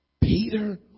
Peter